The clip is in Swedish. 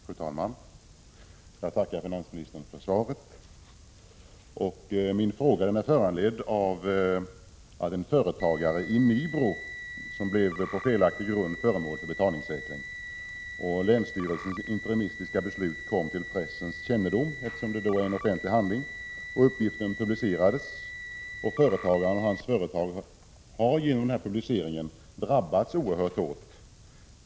Fru talman! Jag tackar finansministern för svaret. Min fråga är föranledd av att en företagare i Nybro på felaktig grund blev föremål för betalningssäkring. Länsstyrelsens interimistiska beslut kom till pressens kännedom, eftersom beslutet är en offentlig handling. Uppgiften publicerades, och företagaren och hans företag har genom publiceringen drabbats oerhört hårt.